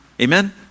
Amen